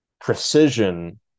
precision